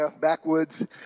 backwoods